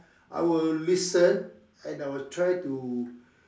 I will listen and I will try to